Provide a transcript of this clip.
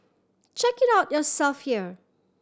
check it out yourself here